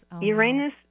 Uranus